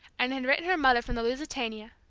and had written her mother from the lusitania.